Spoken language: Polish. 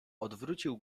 odwrócił